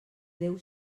déu